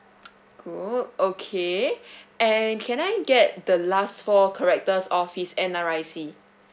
gook okay and can I get the last four characters of his N_R_I_C